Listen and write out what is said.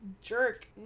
jerk